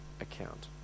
account